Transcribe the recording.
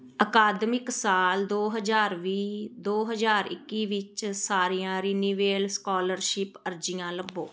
ਅਕਾਦਮਿਕ ਸਾਲ ਦੋ ਹਜ਼ਾਰ ਵੀਹ ਦੋ ਹਜ਼ਾਰ ਇੱਕੀ ਵਿੱਚ ਸਾਰੀਆਂ ਰਿਨਿਵੇਲ ਸਕਾਲਰਸ਼ਿਪ ਅਰਜ਼ੀਆਂ ਲੱਭੋ